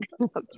okay